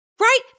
right